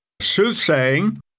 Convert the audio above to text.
Soothsaying